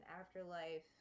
afterlife